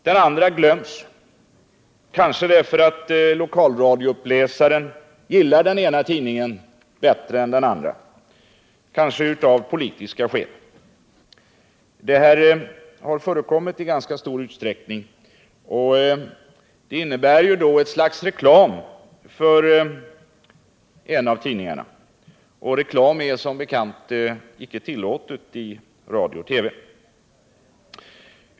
Den andra tidningen glöms, kanske därför att lokalradiouppläsaren gillar den ena tidningen bättre än den andra, kanske av politiska skäl. Det här har förekommit i ganska stor utsträckning, och det innebär ju då ett slags reklam för en av tidningarna — och reklam är som bekant icke tillåten i radio och TV.